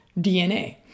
DNA